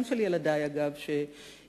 גם של ילדי, אגב, שנחשפים